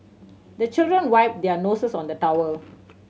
the children wipe their noses on the towel